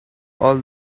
all